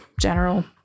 general